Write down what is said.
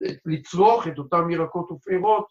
‫לצלוח את אותם מירקות ופירות.